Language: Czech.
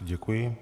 Děkuji.